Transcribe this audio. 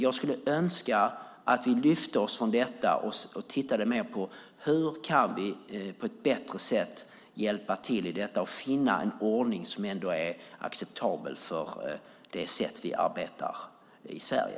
Jag önskar att vi skulle kunna lyfta blicken och titta mer på: Hur kan vi på ett bättre sätt hjälpa till i detta och finna en ordning som är acceptabel för det sätt som vi arbetar på i Sverige?